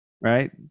right